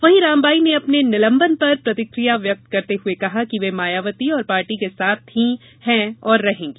वहीं रामबाई ने अपने निलंबन पर प्रतिक्रिया व्यक्त करते हुए कहा कि वे मायावती और पार्टी के साथ थी हैं और रहेंगी